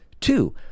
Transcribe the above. two